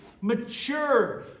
mature